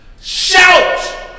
Shout